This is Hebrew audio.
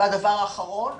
דבר אחרון,